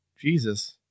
Jesus